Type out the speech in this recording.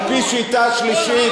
על-פי שיטה שלישית,